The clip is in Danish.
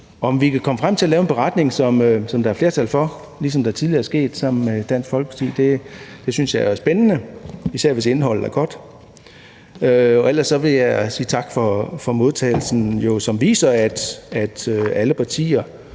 Om vi kan komme frem til at lave en beretning, som der er flertal for, ligesom det tidligere er sket sammen med Dansk Folkeparti, synes jeg er spændende at se, især hvis indholdet er godt. Ellers vil jeg sige tak for modtagelsen, som viser, at alle partier